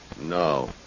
No